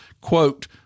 quote